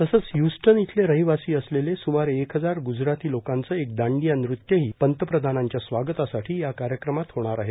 तसंच हय्स्टन इथले रहिवासी असलेले स्मारे एक हजार ग्जराती लोकांचं एक दांडीया नृत्यही पंतप्रधानांच्या स्वागतासाठी या कार्यक्रमात होणार आहे